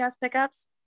pickups